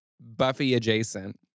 Buffy-adjacent